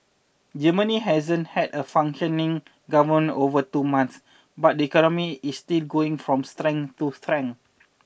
Germany hasn't had a functioning government over two months but the economy is still going from strength to strength